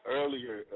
earlier